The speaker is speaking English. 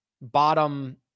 bottom